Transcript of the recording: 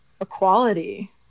equality